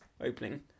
opening